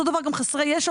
אותו דבר גם חסרי ישע,